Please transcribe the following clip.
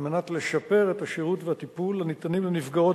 כדי לשפר את השירות והטיפול הניתנים לנפגעות